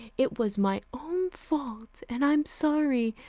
it was my own fault, and i'm sorry.